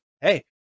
hey